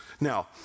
Now